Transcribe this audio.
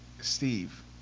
Steve